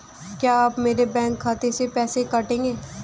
क्या आप मेरे बैंक खाते से पैसे काटेंगे?